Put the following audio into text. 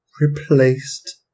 Replaced